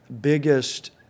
biggest